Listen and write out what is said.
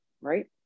right